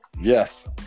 yes